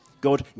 God